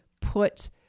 put